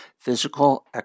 Physical